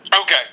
Okay